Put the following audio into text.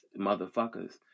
motherfuckers